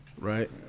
right